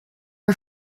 are